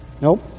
Nope